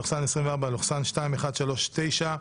(פ/2139/24),